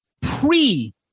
pre